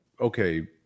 okay